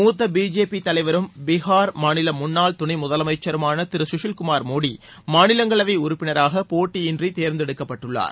மூத்த B J P தலைவரும் பீகார் மாநில முன்னாள் துணை முதலமைச்சருமான திரு சுஷில் குமார் மோடி மாநிலங்களவை உறுப்பினராக போட்டியின்றி தேர்ந்தெடுக்கப்பட்டுள்ளார்